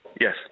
yes